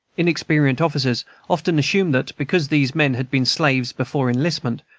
inexperienced officers often assumed that, because these men had been slaves before enlistment,